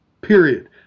Period